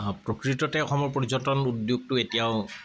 প্ৰকৃততে অসমৰ পৰ্যটন উদ্যোগটো এতিয়াও